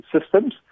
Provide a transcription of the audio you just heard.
systems